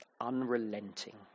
unrelenting